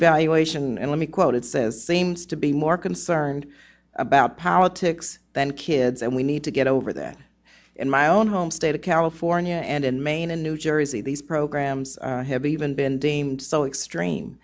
evaluation and let me quote it says seems to be more concerned about politics than kids and we need to get over that in my own home state of california and in maine and new jersey these programs have even been deemed so extreme